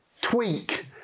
tweak